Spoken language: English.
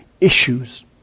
issues